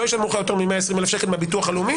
לא ישלמו לך יותר מ-120,000 שקל מביטוח לאומי.